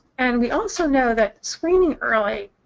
and we also know that screening early